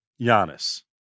Giannis